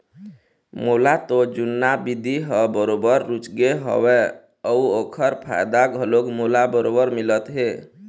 मोला तो जुन्ना बिधि ह बरोबर रुचगे हवय अउ ओखर फायदा घलोक मोला बरोबर मिलत हे